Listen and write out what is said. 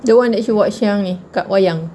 the one that she watched yang ni dekat wayang